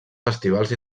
festivals